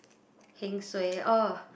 heng suay oh